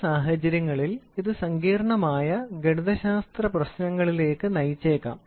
ചില സാഹചര്യങ്ങളിൽ ഇത് സങ്കീർണ്ണമായ ഗണിതശാസ്ത്ര പ്രശ്നങ്ങളിലേക്ക് നയിച്ചേക്കാം